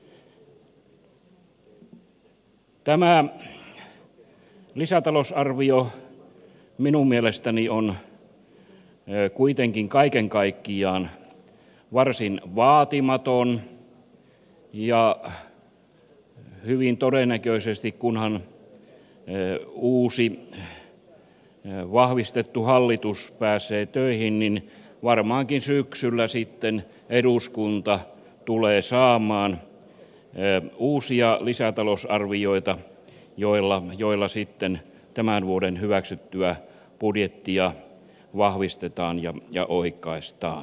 tämä lisätalousarvio minun mielestäni on kuitenkin kaiken kaikkiaan varsin vaatimaton ja hyvin todennäköisesti kunhan uusi vahvistettu hallitus pääsee töihin varmaankin syksyllä sitten eduskunta tulee saamaan uusia lisätalousarvioita joilla sitten tämän vuoden hyväksyttyä budjettia vahvistetaan ja oikaistaan